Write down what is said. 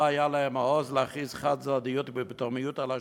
לא היה להם העוז להכריז חד-צדדית ובפתאומיות על השבתה.